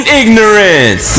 ignorance